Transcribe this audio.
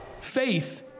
Faith